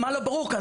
מה לא ברור כאן?